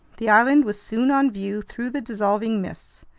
the island was soon on view through the dissolving mists,